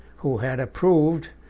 who had approved,